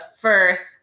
first